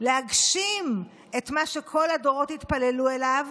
להגשים את מה שכל הדורות התפללו אליו,